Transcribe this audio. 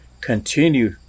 continue